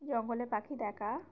জঙ্গলে পাখি দেখার